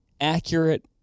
accurate